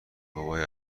بابای